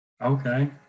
Okay